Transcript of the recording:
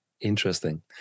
Interesting